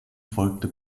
folgte